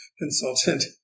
Consultant